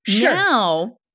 now